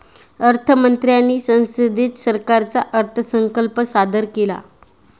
अर्थ मंत्र्यांनी संसदेत सरकारचा अर्थसंकल्प सादर केला